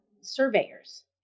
surveyors